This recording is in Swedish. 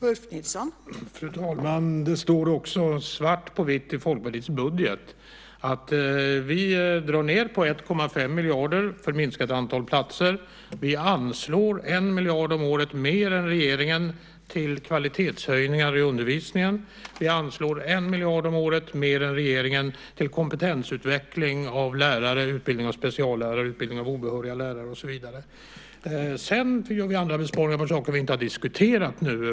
Fru talman! Det står också svart på vitt i Folkpartiets budget att vi drar ned på 1,5 miljarder för minskat antal platser. Vi anslår 1 miljard om året mer än regeringen till kvalitetshöjningar i undervisningen. Vi anslår 1 miljard om året mer än regeringen till kompetensutveckling av lärare, utbildning av speciallärare och utbildning av obehöriga lärare och så vidare. Vi gör andra besparingar på sådant som vi inte diskuterat nu.